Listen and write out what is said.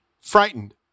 frightened